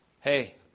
hey